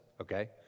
okay